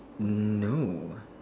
mm no